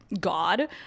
God